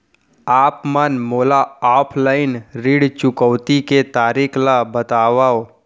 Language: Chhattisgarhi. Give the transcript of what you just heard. आप मन मोला ऑफलाइन ऋण चुकौती के तरीका ल बतावव?